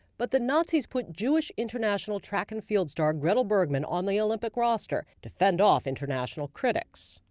but the nazis put jewish international track and field star gretel bergmann on the olympic roster to fend off international critics.